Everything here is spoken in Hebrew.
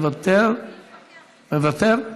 מוותר,